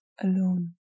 alone